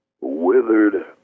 withered